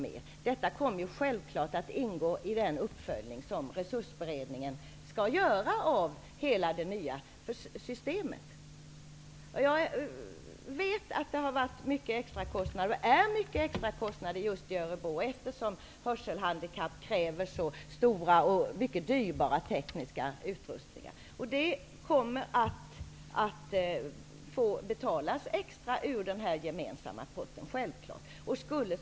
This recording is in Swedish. Detta kommer att självklart ingå i den upföljning som resursberedningen skall göra av hela det nya systemet. Jag vet att det har varit och är mycket extra kostnader i just Örebro, eftersom hörselhandikapp kräver så stora och dyrbara tekniska utrustningar. Det kommer att betalas ut extra pengar ur den gemensamma potten.